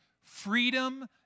freedom